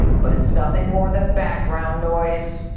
but it's nothing more than background noise.